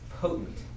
potent